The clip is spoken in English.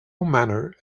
manor